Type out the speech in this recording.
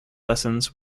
lessons